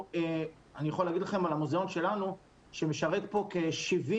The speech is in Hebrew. אני יכול להגיד לכם על המוזיאון שלנו שמשרת פה כ-70